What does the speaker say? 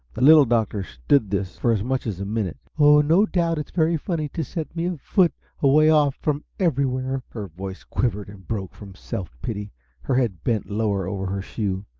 the little doctor stood this for as much as a minute. oh, no doubt it's very funny to set me afoot away off from everywhere her voice quivered and broke from self-pity her head bent lower over her shoe.